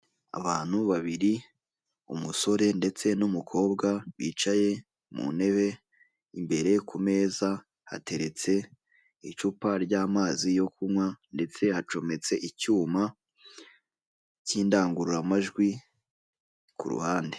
Abantu babiri umusore ndetse n'umukobwa bicaye mu ntebe, imbere ku meza hateretse icupa ry'amazi yo kunywa ndetse hacometse icyuma cy'indangururamajwi ku ruhande.